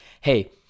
hey